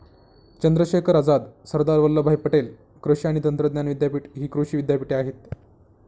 चंद्रशेखर आझाद, सरदार वल्लभभाई पटेल कृषी आणि तंत्रज्ञान विद्यापीठ हि कृषी विद्यापीठे आहेत